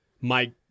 mike